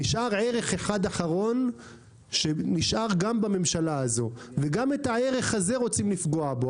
נשאר ערך אחד אחרון בממשלה הזאת שרוצים לפגוע בו,